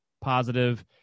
positive